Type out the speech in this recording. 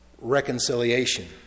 reconciliation